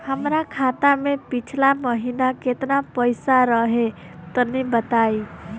हमरा खाता मे पिछला महीना केतना पईसा रहे तनि बताई?